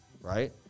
right